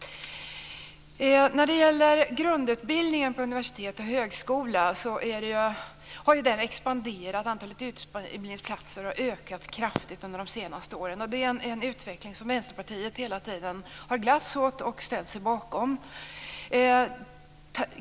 Grundutbildningen på universitet och högskola har ju expanderat. Antalet utbildningsplatser har ökat kraftigt under senare år. Det är en utveckling som Vänsterpartiet hela tiden har glatt sig åt och ställt sig bakom.